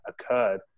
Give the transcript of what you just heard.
occurred